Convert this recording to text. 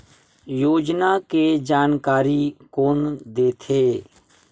योजना के जानकारी कोन दे थे?